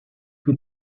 più